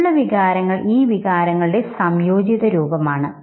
മറ്റുള്ള വികാരങ്ങൾ ഈ വികാരങ്ങളുടെ സംയോജിത രൂപമാണ്